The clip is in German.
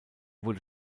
wurde